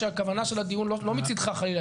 שהכוונה של הדיון לא מצדך חלילה,